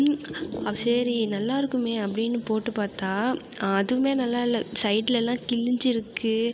ம் அப்போ சரி நல்லாயிருக்குமே அப்படின்னு போட்டு பார்த்தா அதுவுமே நல்லா இல்லை சைட்லலாம் கிழிஞ்சிருக்குது